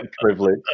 Privilege